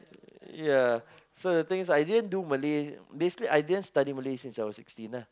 ya so the thing is I didn't do Malay basically I didn't study Malay since I was sixteen lah